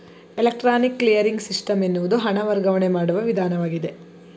electronic clearing system ಎನ್ನುವುದು ಹಣ ವರ್ಗಾವಣೆ ಮಾಡುವ ವಿಧಾನವಾಗಿದೆ